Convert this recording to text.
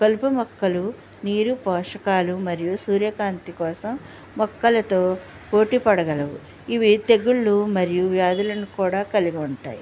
కలుపు మొక్కలను నీరు పోషకాలు మరియు సూర్యకాంతి కోసం మొక్కలతో పోటీ పడగలవు ఇవి తెగుళ్ళు మరియు వ్యాధులను కూడా కలిగి ఉంటాయి